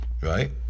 Right